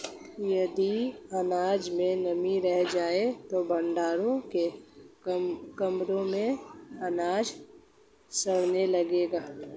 यदि अनाज में नमी रह जाए तो भण्डारण के क्रम में अनाज सड़ने लगेगा